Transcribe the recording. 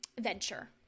venture